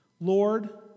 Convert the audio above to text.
Lord